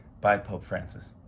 bye, pope francis.